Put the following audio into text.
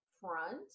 front